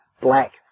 Black